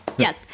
Yes